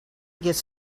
gets